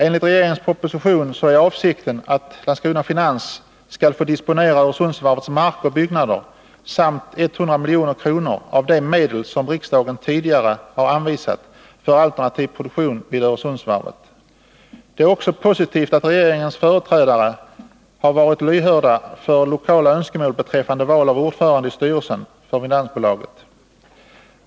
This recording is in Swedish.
Enligt regeringens proposition är avsikten att Landskrona Finans AB skall få disponera Öresundsvarvets mark och byggnader samt 100 milj.kr. av de medel som riksdagen tidigare har anvisat för alternativ produktion vid Öresundsvarvet. Det är också positivt att regeringens företrädare har varit lyhörda för lokala önskemål beträffande val av ordförande i styrelsen för finansbolaget.